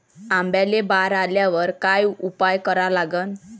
आंब्याले बार आल्यावर काय उपाव करा लागते?